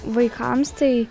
vaikams tai